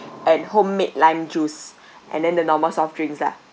and homemade lime juice and then the normal soft drinks lah